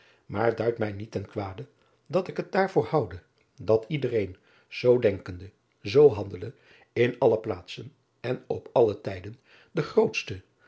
maar duid mij niet ten kwade dat ik het daarvoor houde dat ieder een zoo denkende zoo handelende in alle plaatsen en op alle tijden de grootste